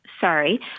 Sorry